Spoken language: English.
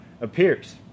appears